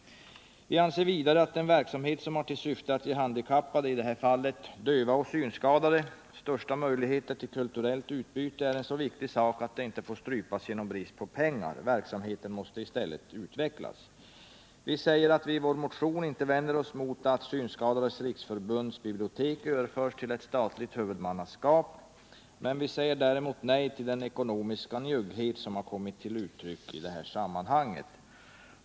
Vi anser vidare att den verksamhet som har till syfte att ge handikappade, i detta fall döva och synskadade, största möjligheter till kulturellt utbyte är en så viktig sak att den inte får strypas genom brist på pengar. Verksamheten måste i stället utvecklas. Vi säger i vår motion att vi inte vänder oss emot att Synskadades riksförbunds bibliotek överförs till ett statligt huvudmannaskap. Vi säger däremot nej till den ekonomiska njugghet som har kommit till uttryck isammanhanget.